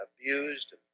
abused